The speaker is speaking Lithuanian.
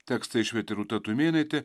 tekstą išvertė rūta tumėnaitė